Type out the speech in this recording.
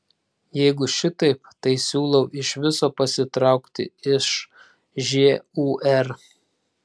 jeigu šitaip tai siūlau iš viso pasitraukti iš žūr